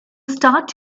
start